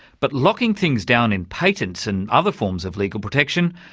but locking things down in patents and other forms of legal protection,